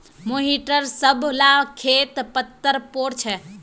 मोहिटर सब ला खेत पत्तर पोर छे